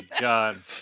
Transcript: God